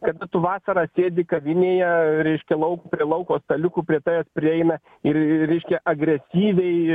ar tu tu vasarą sėdi kavinėje reiškia lauk prie lauko staliukų plepėt prieina ir reiškia agresyviai